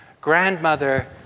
grandmother